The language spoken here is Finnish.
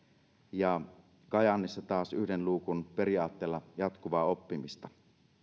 ja kajaanissa taas yhden luukun periaatteella jatkuvaa oppimista